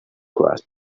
cross